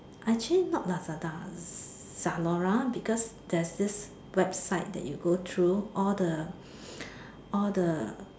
actually not Lazada Zalora because there's this website that you go through all the all the